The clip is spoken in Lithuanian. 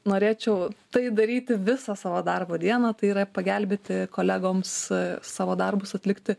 norėčiau tai daryti visą savo darbo dieną tai yra pagelbėti kolegoms savo darbus atlikti